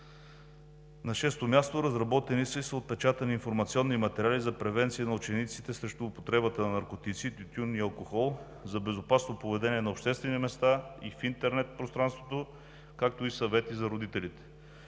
На шесто място, разработени са и са отпечатани информационни материали за превенция на учениците срещу употребата на наркотици, тютюн и алкохол, за безопасно поведение на обществени места и в интернет пространството, както и съвети за родителите.